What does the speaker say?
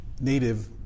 native